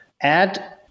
add